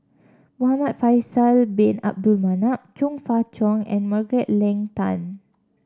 Muhamad Faisal Bin Abdul Manap Chong Fah Cheong and Margaret Leng Tan